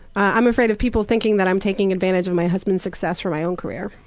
i'm afraid of people thinking that i'm taking advantage of my husband's success for my own career.